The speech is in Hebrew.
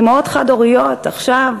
אימהות חד-הוריות, עכשיו,